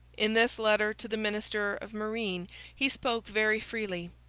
in this letter to the minister of marine he spoke very freely.